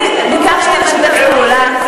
אני ביקשתי לשתף פעולה.